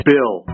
Bill